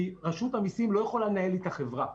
כי רשות המיסים לא יכולה לנהל לי את החברה,